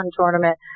tournament